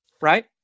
Right